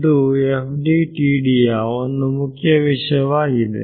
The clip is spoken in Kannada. ಇದು FDTD ಯ ಒಂದು ಮುಖ್ಯ ವಿಷಯವಾಗಿದೆ